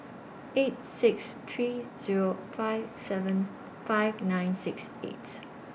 eight six three Zero five seven five nine six eight